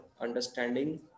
understanding